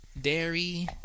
dairy